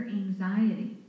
anxiety